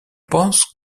pense